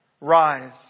Rise